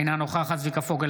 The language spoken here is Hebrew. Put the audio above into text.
אינה נוכחת צביקה פוגל,